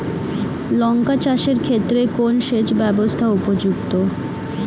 লঙ্কা চাষের ক্ষেত্রে কোন সেচব্যবস্থা উপযুক্ত?